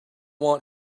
want